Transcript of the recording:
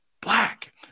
black